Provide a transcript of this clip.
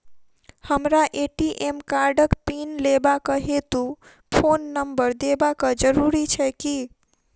हमरा ए.टी.एम कार्डक पिन लेबाक हेतु फोन नम्बर देबाक जरूरी छै की?